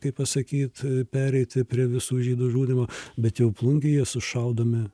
kaip pasakyt pereiti prie visų žydų žudymo bet jau plungėje sušaudomi